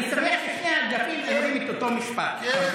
אני שמח ששני האגפים אומרים את אותו משפט.